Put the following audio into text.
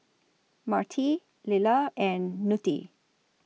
Marti Lilla and Knute